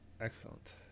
Excellent